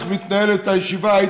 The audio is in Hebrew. איך מתנהלת הישיבה של התקציב,